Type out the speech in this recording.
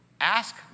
ask